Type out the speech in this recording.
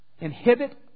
inhibit